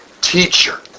Teacher